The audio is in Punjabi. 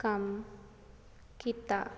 ਕੰਮ ਕੀਤਾ